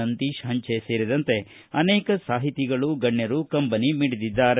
ನಂದೀಶ್ ಹಂಚೆ ಸೇರಿದಂತೆ ಅನೇಕ ಸಾಹಿತಿಗಳು ಗಣ್ಣರು ಕಂಬನಿ ಮಿಡಿದಿದ್ದಾರೆ